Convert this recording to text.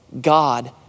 God